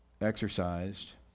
exercised